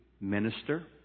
minister